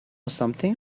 something